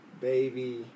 Baby